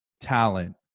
talent